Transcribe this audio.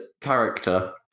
character